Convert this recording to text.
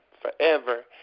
forever